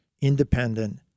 independent